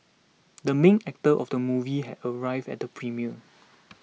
the main actor of the movie had arrived at the premiere